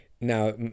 now